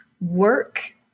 work